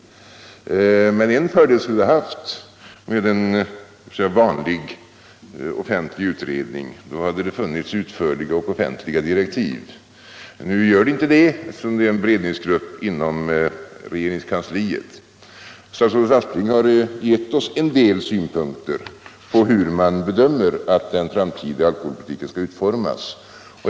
Men en fördel hade det varit med en vanlig offentlig utredning: då hade det funnits utförliga och offentliga direktiv. Nu gör det inte det, eftersom det är fråga om en beredningsgrupp inom regeringskansliet. Statsrådet Aspling har givit oss en del synpunkter på hur man bedömer att den framtida alkoholpolitiken skall utformas.